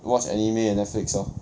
watch anime and Netflix lor